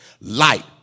Light